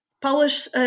Polish